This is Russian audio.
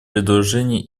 предложения